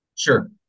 Sure